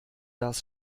das